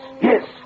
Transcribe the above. yes